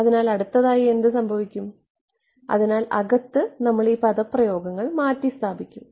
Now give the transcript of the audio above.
അതിനാൽ അടുത്തതായി എന്ത് സംഭവിക്കും അതിനാൽ അകത്ത് നമ്മൾ ഈ പദപ്രയോഗങ്ങൾ മാറ്റിസ്ഥാപിക്കും